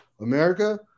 America